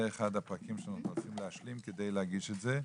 וזה אחד הפרקים אותו אנחנו רוצים להשלים כדי להגיש אותו.